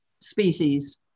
species